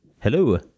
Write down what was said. Hello